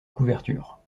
couverture